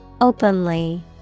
Openly